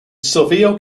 silvio